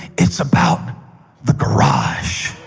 it's about the garage.